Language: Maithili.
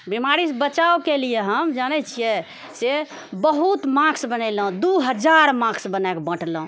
बिमारीसँ बचावके लिअऽ हम जानैत छिऐ से बहुत मास्क बनेलहुँ दू हजार मास्क बनाकऽ बाँटलहुँ